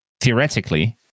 theoretically